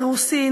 אירוסין,